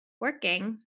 Working